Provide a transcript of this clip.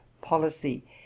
policy